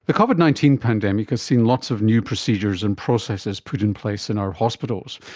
the covid nineteen pandemic has seen lots of new procedures and processes put in place in our hospitals.